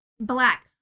black